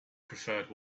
preferred